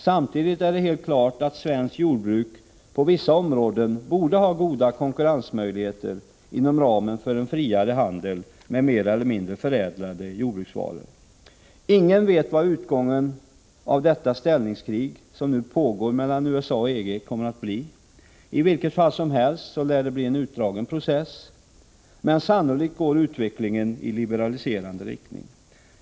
Samtidigt är det helt klart att svenskt jordbruk på vissa områden borde ha goda konkurrensmöjligheter inom ramen för en friare handel med mer eller mindre förädlade jordbruksvaror. Ingen vet vad utgången av det ställningskrig som nu pågår mellan USA och EG kommer att bli. I vilket fall som helst lär det bli en långdragen process, men sannolikt går utvecklingen i liberaliserande riktning.